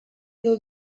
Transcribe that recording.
eta